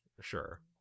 Sure